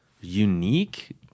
unique